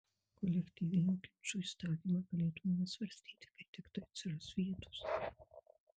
kolektyvinių ginčų įstatymą galėtumėme svarstyti kai tiktai atsiras vietos